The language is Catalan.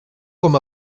com